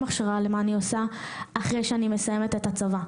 הכשרה למה אני עושה אחרי שאני מסיימת את הצבא.